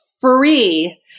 free